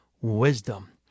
wisdom